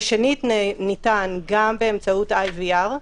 ושנית, ניתן גם באמצעות IVR,